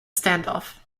standoff